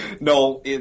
No